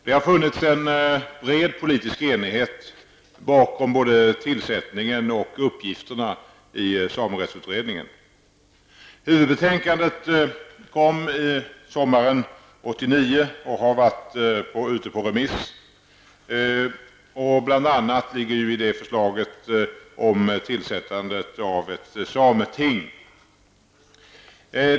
Det har funnits en bred politisk enighet bakom både tillsättningen av samerättsutredningen och dess uppgifter. Huvudbetänkandet kom sommaren 1989 och har varit ute på remiss. Det innehåller bl.a. förslag om tillsättande av ett sameting.